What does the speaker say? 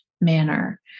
manner